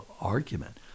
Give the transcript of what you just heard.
argument